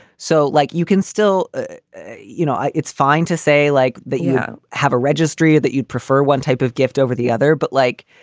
so like you can still you know, it's fine to say like that you have a registry that you'd prefer one type of gift over the other. but like,